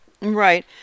Right